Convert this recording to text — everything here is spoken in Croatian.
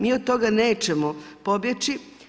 Mi od toga nećemo pobjeći.